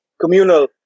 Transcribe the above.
communal